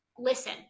listen